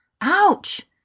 Ouch